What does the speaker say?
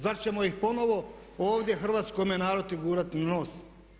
Zar ćemo ih ponovno ovdje hrvatskome narodu gurati na nos?